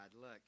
look